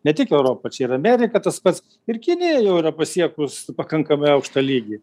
ne tik europa čia ir amerika tas pats ir kinija jau yra pasiekus pakankamai aukštą lygį